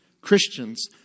Christians